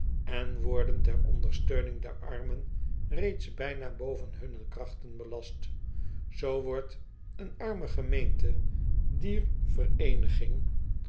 en worden ter ondersteuning der armen reeds bijna boven hun krachten belast zoo wordt een arme gemeente dier vereeniging